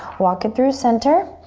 walk it through center,